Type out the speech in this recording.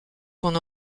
qu’on